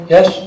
Yes